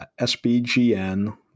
SBGN